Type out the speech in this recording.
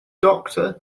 doctor